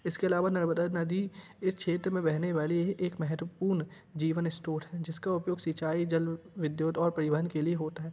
इसके अलावा नर्मदा नदी इस क्षेत्र में बहेने वाली एक महत्वपूर्ण जीवन स्त्रोत हैं जिसका उपयोग सिंचाई जल विद्युत और परिवहन के लिए होता है